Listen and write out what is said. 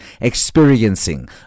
experiencing